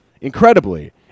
incredibly